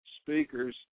speakers